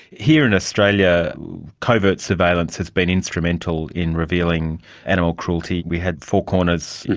here in australia covert surveillance has been instrumental in revealing animal cruelty. we had four corners,